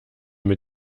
mit